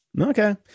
okay